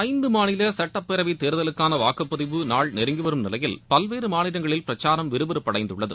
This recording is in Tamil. ஐந்து மாநில சட்டபேரவை தேர்தலுக்கான வாக்குப்பதிவு நாள் நெருங்கி வரும் நிலையில் பல்வேறு மாநிலங்களில் பிரசாரம் விறு விறுப்படைந்துள்ளது